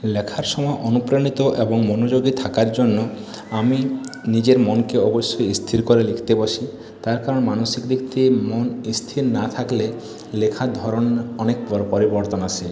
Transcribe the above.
লেখার সময়ে অনুপ্রাণিত এবং মনোযোগী থাকার জন্য আমি নিজের মনকে অবশ্যই স্থির করে লিখতে বসি তার কারণ মানসিক দিক থেকে মন স্থির না থাকলে লেখার ধরণ অনেক পরিবর্তন আসে